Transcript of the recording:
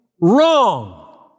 wrong